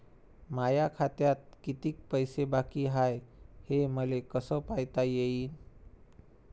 माया खात्यात कितीक पैसे बाकी हाय हे मले कस पायता येईन?